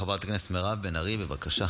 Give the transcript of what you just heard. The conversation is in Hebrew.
חברת הכנסת מירב בן ארי, בבקשה.